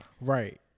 Right